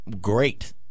Great